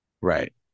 Right